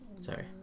Sorry